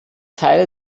teile